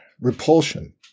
Repulsion